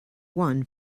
won